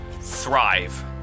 thrive